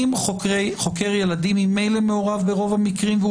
אם חוקר ילדים ממילא מעורב ברוב המקרים והוא